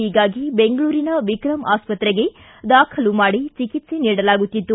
ಹೀಗಾಗಿ ಬೆಂಗಳೂರಿನ ವಿಕ್ರಮ್ ಆಸ್ವತ್ರೆಗೆ ದಾಖಲು ಮಾಡಿ ಚಿಕಿತ್ಸೆ ನೀಡಲಾಗುತ್ತಿತ್ತು